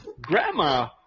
grandma